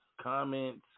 comments